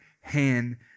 hand